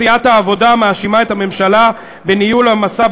סיעת העבודה מאשימה את הממשלה בכישלון